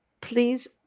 Please